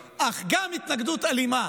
גם התנגדות לגיטימית, אך גם התנגדות אלימה.